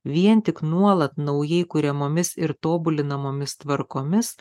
vien tik nuolat naujai kuriamomis ir tobulinamomis tvarkomis